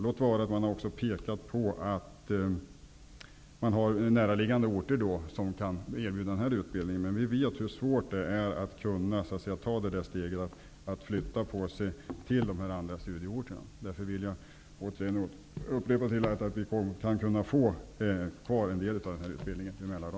Låt vara att man på näraliggande orter kan erbjuda denna utbildning -- vi vet hur svårt det är att ta steget och flytta till dessa andra studieorter. Jag vill därför åter upprepa att vi vill ha kvar en del av denna utbildning på